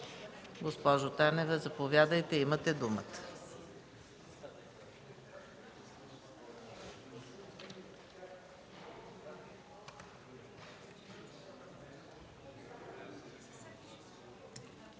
Госпожо Танева, заповядайте, имате думата.